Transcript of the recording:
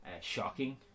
shocking